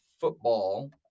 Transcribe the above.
football